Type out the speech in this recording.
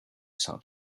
saanud